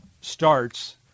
starts